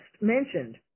mentioned